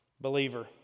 Believer